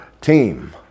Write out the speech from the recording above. team